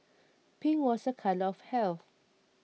pink was a colour of health